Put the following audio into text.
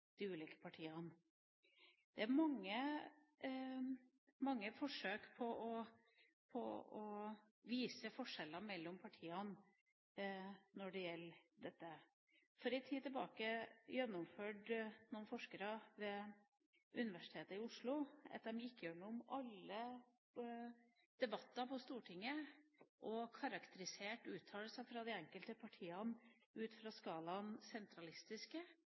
de ulike partiene. Det er mange forsøk på å vise forskjeller mellom partiene når det gjelder dette. For en tid tilbake gjennomførte noen forskere ved Universitetet i Oslo en undersøkelse der de gikk gjennom alle debatter på Stortinget og karakteriserte uttalelser fra de enkelte partiene ut fra skalaen